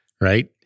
right